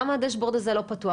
למה הדשבורד הזה לא פתוח?